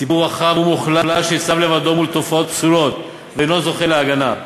ציבור רחב ומוחלש ניצב לבדו מול תופעות פסולות ואינו זוכה להגנה.